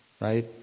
right